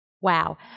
wow